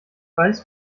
weiß